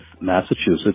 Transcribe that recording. Massachusetts